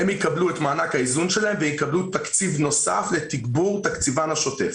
הן יקבלו את מענק האיזון שלהן ויקבלו תקציב נוסף לתגבור תקציבן השוטף.